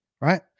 right